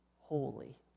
holy